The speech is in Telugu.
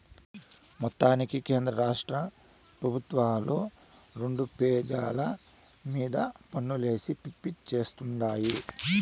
మొత్తానికి కేంద్రరాష్ట్ర పెబుత్వాలు రెండు పెజల మీద పన్నులేసి పిప్పి చేత్తుండాయి